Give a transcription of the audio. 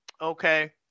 okay